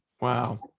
Wow